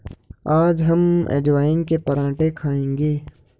आज हम अजवाइन के पराठे खाएंगे